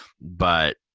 But-